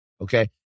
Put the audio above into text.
okay